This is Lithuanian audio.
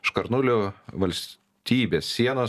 škarnuliu valstybės sienos